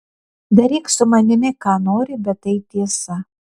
daryk su manimi ką nori bet tai tiesa